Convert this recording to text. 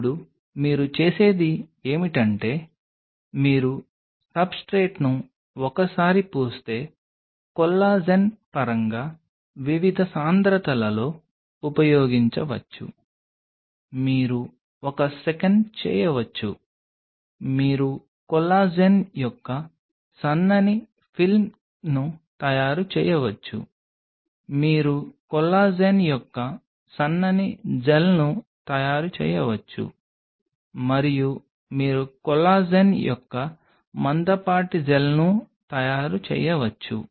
ఇప్పుడు మీరు చేసేది ఏమిటంటే మీరు సబ్స్ట్రేట్ను ఒకసారి పూస్తే కొల్లాజెన్ పరంగా వివిధ సాంద్రతలలో ఉపయోగించవచ్చు మీరు ఒక సెకను చేయవచ్చు మీరు కొల్లాజెన్ యొక్క సన్నని ఫిల్మ్ను తయారు చేయవచ్చు మీరు కొల్లాజెన్ యొక్క సన్నని జెల్ను తయారు చేయవచ్చు మరియు మీరు కొల్లాజెన్ యొక్క మందపాటి జెల్ను తయారు చేయవచ్చు